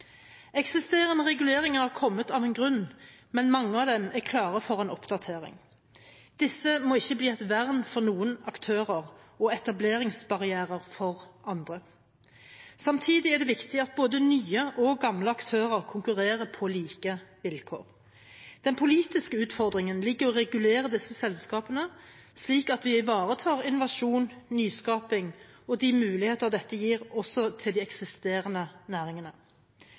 Eksisterende reguleringer har kommet av en grunn, men mange av dem er klare for en oppdatering. Disse må ikke bli et vern for noen aktører og etableringsbarrierer for andre. Samtidig er det viktig at både nye og gamle aktører konkurrerer på like vilkår. Den politiske utfordringen ligger i å regulere disse selskapene slik at vi ivaretar innovasjon, nyskaping og de muligheter dette gir også til de eksisterende næringene.